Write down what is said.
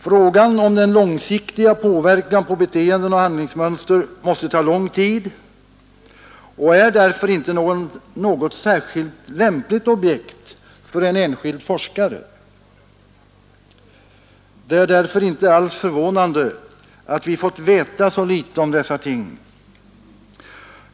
Frågan om den långsiktiga påverkan på beteenden och handlingsmönster måste ta lång tid att utreda och är därför inte något särskilt lämpligt objekt för en enskild forskare. Det är därför inte alls förvånande att vi fått veta så litet om dessa ting.